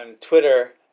Twitter